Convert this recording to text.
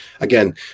again